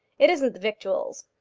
it isn't the victuals.